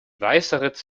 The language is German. weißeritz